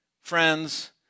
friends